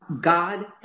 God